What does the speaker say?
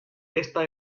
esta